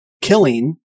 killing